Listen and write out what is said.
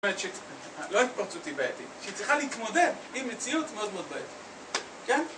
לא ההתפרצות היא בעייתית, שהיא צריכה להתמודד עם מציאות מאוד מאוד בעייתית. כן?